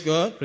God